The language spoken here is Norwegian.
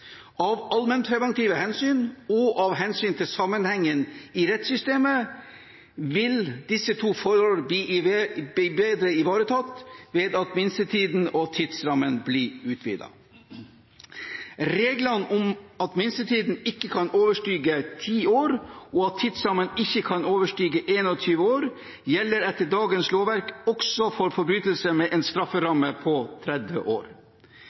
Av allmennpreventive hensyn og av hensyn til sammenhengen i rettssystemet vil disse to forhold bli bedre ivaretatt ved at minstetiden og tidsrammen blir utvidet. Reglene om at minstetiden ikke kan overstige ti år, og at tidsrammen ikke kan overstige 21 år, gjelder etter dagens lovverk også for forbrytelser med en strafferamme på 30 år.